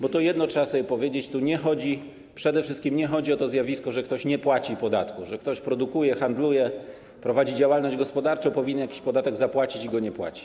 Bo jedno trzeba sobie powiedzieć: tu przede wszystkim nie chodzi o to zjawisko, że ktoś nie płaci podatku, że ktoś produkuje, handluje, prowadzi działalność gospodarczą, powinien jakiś podatek zapłacić, ale go nie płaci.